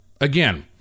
Again